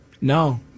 No